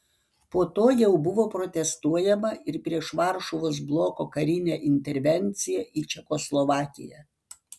po to jau buvo protestuojama ir prieš varšuvos bloko karinę intervenciją į čekoslovakiją